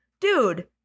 dude